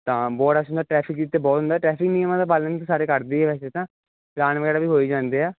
ਤਾਂ ਬਹੁਤ ਰਸ਼ ਹੁੰਦਾ ਟਰੈਫਿਕ ਵੀ ਅਤੇ ਬਹੁਤ ਹੁੰਦਾ ਟ੍ਰੈਫਿਕ ਨਿਯਮਾਂ ਦਾ ਪਾਲਣ ਤਾਂ ਸਾਰੇ ਕਰਦੇ ਹੀ ਹੈ ਵੈਸੇ ਤਾਂ ਚਲਾਨ ਵਗੈਰਾ ਵੀ ਹੋਈ ਜਾਂਦੇ ਆ